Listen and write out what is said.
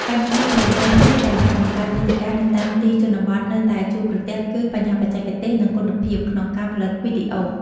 បញ្ហាដ៏ចម្បងមួយដែលអ្នកបង្កើតមាតិកានៅតាមទីជនបទនៅតែជួបប្រទះគឺ បញ្ហាបច្ចេកទេស និងគុណភាព ក្នុងការផលិតវីដេអូ។